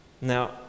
Now